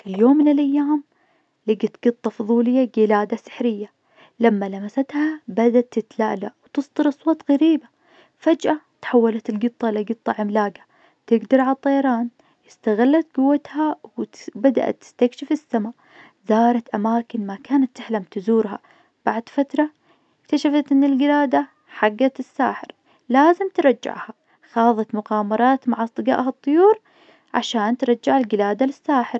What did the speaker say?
في يوم من الأيام لقيت قطة فظولية قلادة سحرية لما لمستها بدت تتلألأ وتصدر أصوات غريبة، فجأة تحولت القطة لقطة عملاقة تقدر عالطيران استغلت قوتها وتس- وبدأت تستكشف السما زارت أماكن ما كانت تحلم تزورها. بعد فترة اكتشفت إن القلادة حقت الساحر لازم ترجعها. خاظت مغامرات مع أصدقائها الطيور عشان ترجع القلادة للساحر.